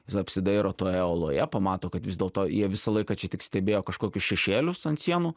jis apsidairo toje oloje pamato kad vis dėlto jie visą laiką čia tik stebėjo kažkokius šešėlius ant sienų